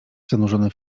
zanurzone